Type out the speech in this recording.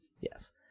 Yes